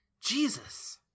Jesus